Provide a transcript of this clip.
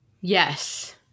yes